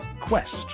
quest